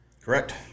Correct